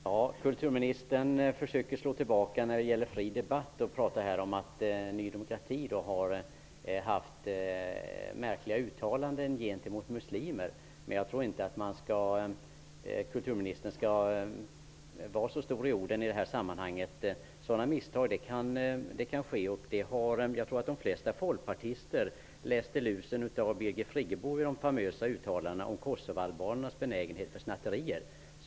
Herr talman! Kulturminstern försöker slå tillbaka när det gäller fri debatt och pratar om att Ny demokrati har gjort märkliga uttalanden gentemot muslimer. Jag tror inte att kulturministern skall vara så stor i orden i detta sammanhang. Sådana misstag kan ske. Jag tror att de flesta folkpartister läste lusen av Birgit Friggebo efter de famösa uttalandena om kosovoalbaners benägenhet för snatterier.